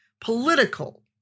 political